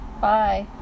Bye